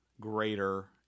greater